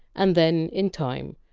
and then, in time,